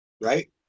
right